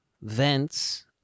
vents